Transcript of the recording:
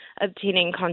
obtaining